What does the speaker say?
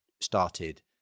started